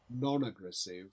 non-aggressive